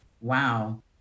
Wow